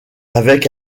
avec